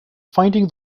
finding